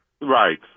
Right